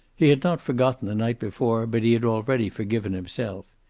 he had not forgotten the night before, but he had already forgiven himself.